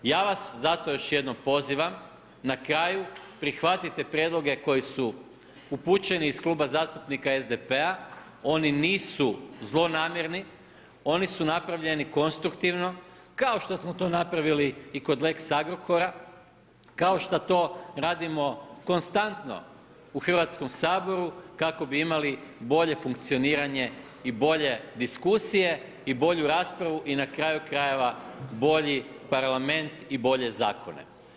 Ja vas zato još jednom pozivam, na kraju, prihvatite prijedloge koji su upućeni iz Kluba zastupnika SDP-a, oni nisu zlonamjerni, oni su napravljeni konstruktivno, kao što smo to napravili i kod lex Agrokora, kao što to radimo konstantno u Hrvatskom saboru, kako bi imali bolje funkcioniranje i bolje diskusije i bolju raspravu i na kraju krajeva, bolji Parlament i bolje zakone.